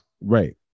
Right